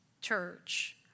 church